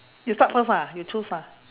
you start first ah you choose ah